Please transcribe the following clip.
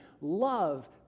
love